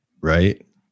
right